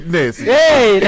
Hey